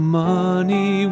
money